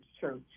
church